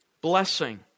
blessing